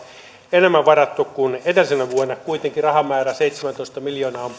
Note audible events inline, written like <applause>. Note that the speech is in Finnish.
enemmän varattu kuin edellisenä vuonna kuitenkin rahamäärä seitsemäntoista miljoonaa on <unintelligible>